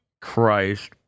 Christ